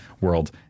world